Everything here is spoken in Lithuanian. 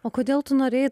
o kodėl tu norėjai